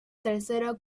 tercero